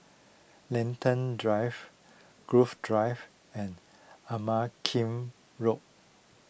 Lentor Drive Grove Drive and Ama Keng Road